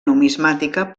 numismàtica